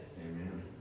Amen